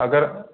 अगर